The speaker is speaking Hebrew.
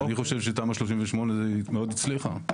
אני חושב שתמ"א 38 מאוד הצליחה,